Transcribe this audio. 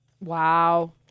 Wow